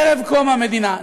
ערב קום המדינה,